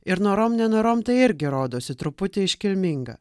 ir norom nenorom tai irgi rodosi truputį iškilminga